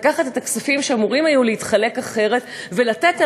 לקחת את הכספים שאמורים היו להתחלק אחרת ולתת,